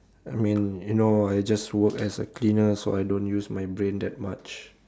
I mean you know I just work as a cleaner so I don't use my brain that much